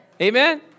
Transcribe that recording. Amen